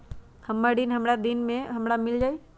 ऋण हमर केतना दिन मे हमरा मील जाई?